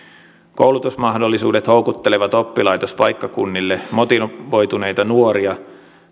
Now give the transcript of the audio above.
koulutusmahdollisuudet houkuttelevat oppilaitospaikkakunnille motivoituneita nuoria